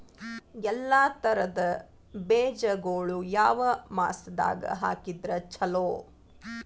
ಎಲ್ಲಾ ತರದ ಬೇಜಗೊಳು ಯಾವ ಮಾಸದಾಗ್ ಹಾಕಿದ್ರ ಛಲೋ?